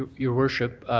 your worship,